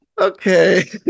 Okay